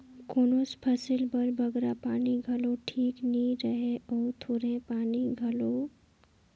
कोनोच फसिल बर बगरा पानी घलो ठीक नी रहें अउ थोरहें पानी घलो